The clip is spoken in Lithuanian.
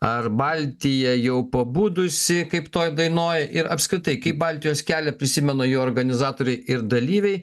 ar baltija jau pabudusi kaip toj dainoj ir apskritai kai baltijos kelią prisimena jo organizatoriai ir dalyviai